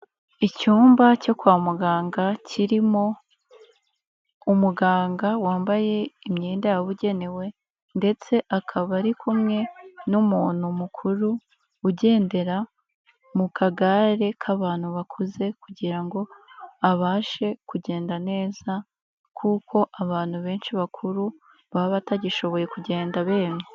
Icyumba cyo kwa muganga kirimo umuganga wambaye imyenda yabugenewe ndetse akaba ari kumwe n'umuntu mukuru ugendera mu kagare k'abantu bakuze kugira ngo abashe kugenda neza kuko abantu benshi bakuru baba batagishoboye kugenda bemye.